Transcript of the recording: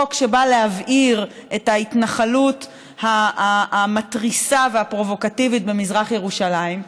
חוק שבא להבעיר את ההתנחלות המתריסה והפרובוקטיבית במזרח ירושלים,